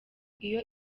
iyo